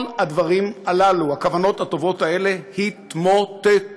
כל הדברים הללו, הכוונות הטובות האלה, התמוטטו,